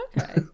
okay